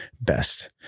best